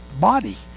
body